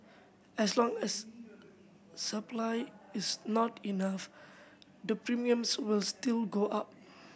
as long as supply is not enough the premiums will still go up